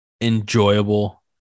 enjoyable